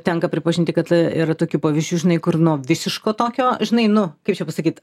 tenka pripažinti kad yra tokių pavyzdžių žinai kur nuo visiško tokio žinai nu kaip čia pasakyt